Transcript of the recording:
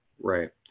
right